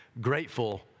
grateful